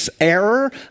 error